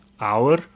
hour